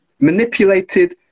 manipulated